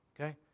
Okay